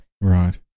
Right